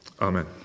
Amen